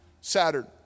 Saturn